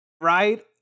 Right